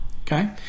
okay